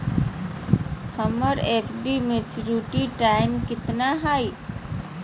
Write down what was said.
हमर एफ.डी के maturity time कितना है?